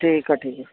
ठीकु आहे ठीकु आहे